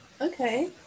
okay